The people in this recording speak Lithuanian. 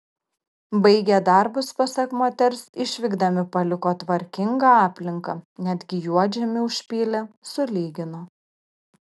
baigę darbus pasak moters išvykdami paliko tvarkingą aplinką netgi juodžemį užpylė sulygino